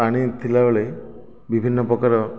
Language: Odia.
ପାଣି ଥିଲା ବେଳେ ବିଭିନ୍ନ ପ୍ରକାର